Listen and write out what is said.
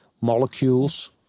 molecules